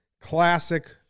Classic